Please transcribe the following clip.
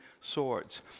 swords